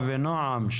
אבינועם,